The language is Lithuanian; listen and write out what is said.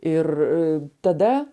ir tada